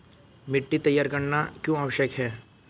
मिट्टी तैयार करना क्यों आवश्यक है?